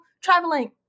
traveling